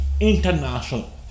International